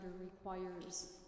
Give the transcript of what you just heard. requires